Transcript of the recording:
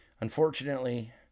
unfortunately